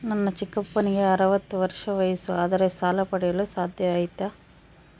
ನನ್ನ ಚಿಕ್ಕಪ್ಪನಿಗೆ ಅರವತ್ತು ವರ್ಷ ವಯಸ್ಸು ಆದರೆ ಸಾಲ ಪಡೆಯಲು ಸಾಧ್ಯ ಐತಾ?